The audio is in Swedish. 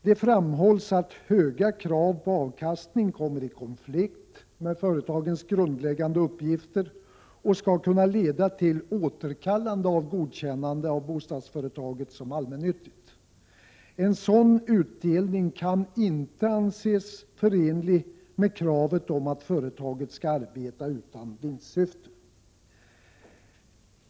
Det framhålles att höga krav på avkastning kommer i konflikt med företagens grundläggande uppgifter och skall kunna leda till återkallande av godkännande av bostadsföretaget som allmännyttigt. En sådan utdelning kan inte anses förenlig med kravet om att företagen skall arbeta utan vinstsyfte.